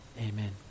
Amen